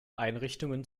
einrichtungen